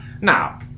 Now